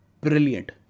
brilliant